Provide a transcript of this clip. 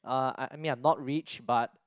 uh I I mean I'm not rich but